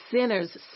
Sinners